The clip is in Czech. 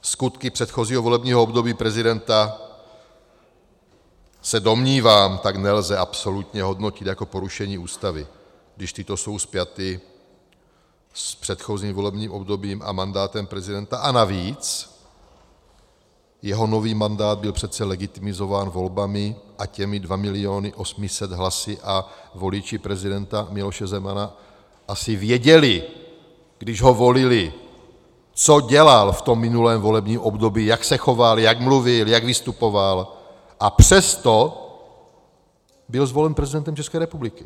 Skutky předchozího volebního období prezidenta, se domnívám, tak nelze absolutně hodnotit jako porušení Ústavy, když tyto jsou spjaty s předchozím volebním obdobím a mandátem prezidenta, a navíc jeho nový mandát byl přece legitimizován volbami a těmi 2,8 milionu hlasů a voliči prezidenta Miloše Zemana asi věděli, když ho volili, co dělal v minulém volebním období, jak se choval, jak mluvil, jak vystupoval, a přesto byl zvolen prezidentem České republiky.